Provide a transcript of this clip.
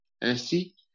Ainsi